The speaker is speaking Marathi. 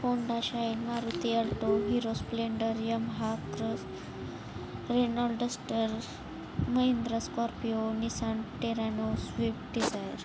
Honda Shine Maruti Alto Hero Splendor Yamaha Crux Renault Dusters Mahindra Scorpio Nissan Terrano Swift Dzire